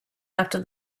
after